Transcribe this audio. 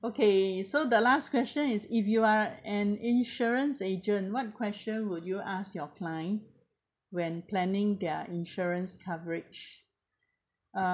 okay so the last question is if you are an insurance agent what question would you ask your client when planning their insurance coverage uh